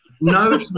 No